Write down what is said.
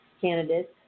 candidates